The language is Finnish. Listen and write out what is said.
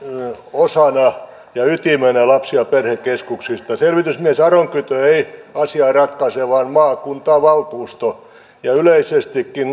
osana ja ytimenä lapsi ja perhekeskuksissa selvitysmies aronkytö ei asiaa ratkaise vaan maakuntavaltuusto yleisestikin